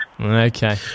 Okay